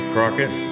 Crockett